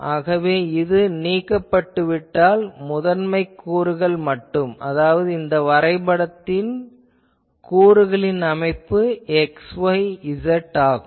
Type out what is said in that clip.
ஆகவே இது நீக்கப்பட்டுவிட்டால் முதன்மை கூறுகள் மட்டும் அதாவது இந்த வரைபடத்தில் கூறுகளின் அமைப்பு xyz ஆகும்